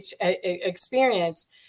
experience